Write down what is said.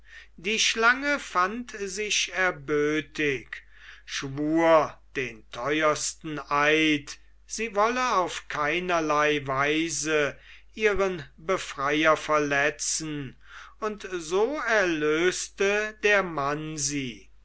die schlange fand sich erbötig schwur den teuersten eid sie wolle auf keinerlei weise ihren befreier verletzen und so erlöste der mann sie